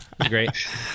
Great